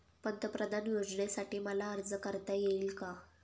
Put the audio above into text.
पंतप्रधान योजनेसाठी मला अर्ज करता येईल का?